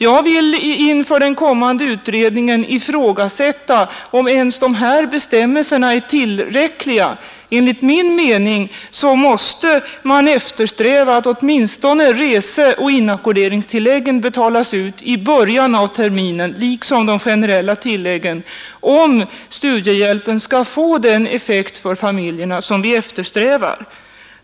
Jag vill inför den kommande utredningen ifrågasätta om ens dessa bestämmelser är tillräckliga. Enligt min mening måste man eftersträva att åtminstone reseoch inackorderingstilläggen betalas ut i början av terminen liksom de generella tilläggen, om studiehjälpen skall få den effekt för familjerna som vi vill att den skall ha.